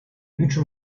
üçü